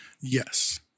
Yes